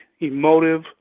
emotive